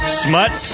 smut